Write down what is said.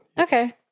Okay